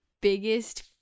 biggest